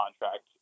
contract